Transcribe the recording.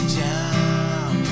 time